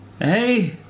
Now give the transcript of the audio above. Hey